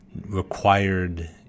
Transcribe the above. required –